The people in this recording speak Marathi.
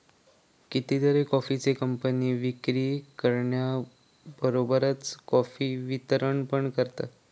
कितीतरी कॉफीचे कंपने विक्री करण्याबरोबरच कॉफीचा वितरण पण करतत